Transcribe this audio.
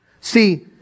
See